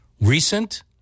Recent